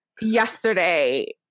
yesterday